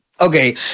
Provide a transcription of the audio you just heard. okay